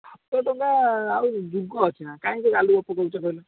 ସାତ ଟଙ୍କା ଆଉ ଯୁଗ ଅଛି ନା କାହିଁକି ଗାଲୁ କଥା କହୁଛ କହିଲ